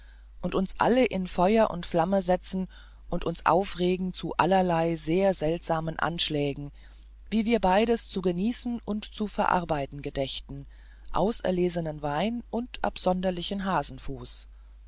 und uns alle in feuer und flamme setzen und uns aufregen zu allerlei sehr seltsamen anschlägen wie wir beides zu genießen und zu verarbeiten gedächten auserlesenen wein und absonderlichen hasenfuß